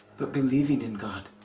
but believing in god